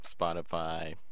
Spotify